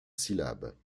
syllabes